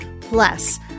Plus